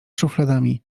szufladami